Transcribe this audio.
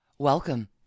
Welcome